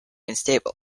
unstable